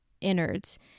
innards